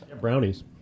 Brownies